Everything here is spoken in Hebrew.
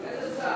איזה שר?